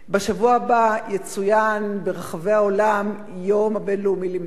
בשבוע הבא יצוין ברחבי העולם היום הבין-לאומי למניעת עישון.